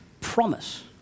promise